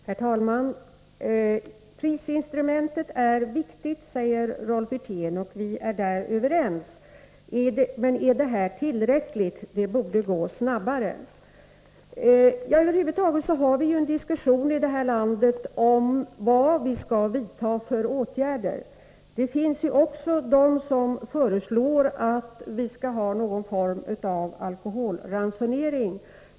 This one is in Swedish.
Herr talman! Prisinstrumentet är viktigt, säger Rolf Wirtén. Vi är överens på den punkten. Men är det tillräckligt? Höjningarna borde gå snabbare, anser Rolf Wirtén. Här i landet för vi en diskussion om vilka åtgärder som vi över huvud taget skall vidta. Det finns ju också de som föreslår att vi skall ha någon form av alkoholransonering.